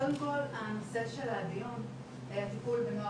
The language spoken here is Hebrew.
קודם כל הנושא של הדיון היה טיפול בנוער